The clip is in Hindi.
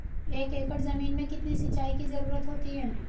एक एकड़ ज़मीन में कितनी सिंचाई की ज़रुरत होती है?